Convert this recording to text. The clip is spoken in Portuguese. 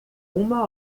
uma